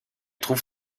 trouve